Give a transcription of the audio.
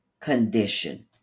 condition